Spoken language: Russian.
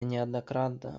неоднократно